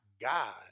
God